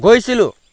গৈছিলোঁ